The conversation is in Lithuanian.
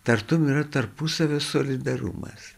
tartum yra tarpusavio solidarumas